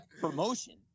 Promotion